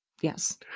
yes